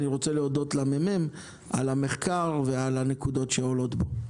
אני רוצה להודות לממ"מ על המחקר ועל הנקודות שעולות בו.